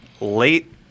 late